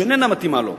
שאיננה מתאימה לו.